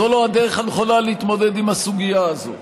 זו לא הדרך הנכונה להתמודד עם הסוגיה הזו.